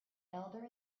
elder